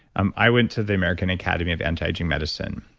um i went to the american academy of antiaging medicine.